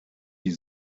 die